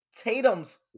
Tatum's